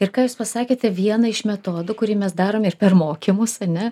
ir ką jūs pasakėte vieną iš metodų kurį mes darome ir per mokymus ane